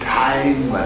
time